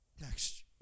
Next